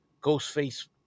Ghostface